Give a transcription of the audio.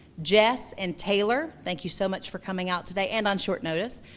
jess, and taylor. thank you so much for coming out today, and on short notice.